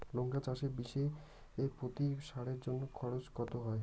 লঙ্কা চাষে বিষে প্রতি সারের জন্য খরচ কত হয়?